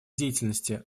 деятельности